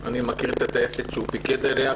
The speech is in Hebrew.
אני מכיר את הטייסת שהוא פיקד עליה,